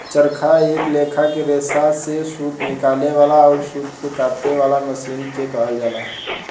चरखा एक लेखा के रेसा से सूत निकाले वाला अउर सूत के काते वाला मशीन के कहल जाला